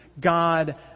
God